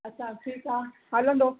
अच्छा ठीकु आहे हलंदो